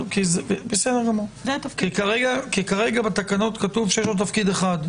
כי כרגע בתקנות כתוב שיש לו תפקיד אחר,